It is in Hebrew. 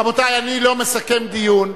רבותי, אני לא מסכם דיון.